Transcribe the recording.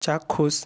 চাক্ষুষ